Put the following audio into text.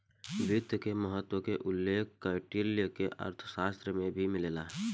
वित्त के महत्त्व के उल्लेख कौटिल्य के अर्थशास्त्र में भी मिलेला